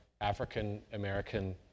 African-American